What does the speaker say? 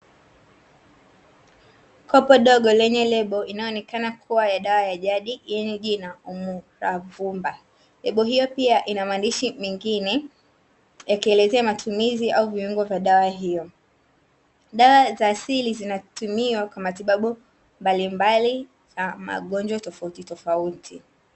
Kopo dogo lenye lebo inayoonekana kuwa ya dawa ya jadi yenye jina "umuravumba". Lebo hiyo pia ina maandishi mengine yakielezea matumizi au viungo vya dawa hiyo. Dawa za asili zinatumiwa kwa matibabu mbalimbali ya magonjwa tofautitofauti.